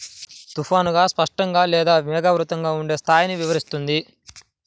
తుఫానుగా, స్పష్టంగా లేదా మేఘావృతంగా ఉండే స్థాయిని వివరిస్తుంది